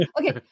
Okay